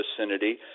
vicinity